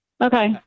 Okay